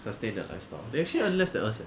sustain the lifestyle they actually earn less than us eh